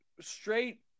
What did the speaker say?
straight